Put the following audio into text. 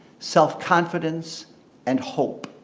self-confidence and hope.